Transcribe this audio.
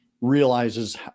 realizes